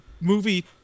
movie